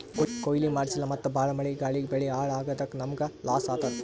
ಕೊಯ್ಲಿ ಮಾಡ್ಸಿಲ್ಲ ಮತ್ತ್ ಭಾಳ್ ಮಳಿ ಗಾಳಿಗ್ ಬೆಳಿ ಹಾಳ್ ಆಗಾದಕ್ಕ್ ನಮ್ಮ್ಗ್ ಲಾಸ್ ಆತದ್